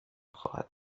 خواهد